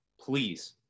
please